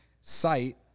site